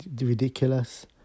ridiculous